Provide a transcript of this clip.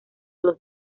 los